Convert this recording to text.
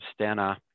Stena